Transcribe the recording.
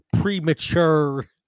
premature